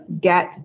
get